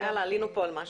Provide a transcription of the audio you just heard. עלינו פה על משהו.